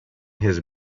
his